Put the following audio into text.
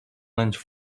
most